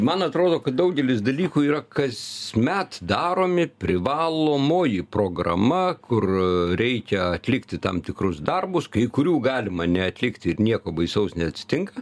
man atrodo kad daugelis dalykų yra kasmet daromi privalomoji programa kur reikia atlikti tam tikrus darbus kai kurių galima neatlikti ir nieko baisaus neatsitinka